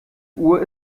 uhr